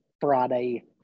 Friday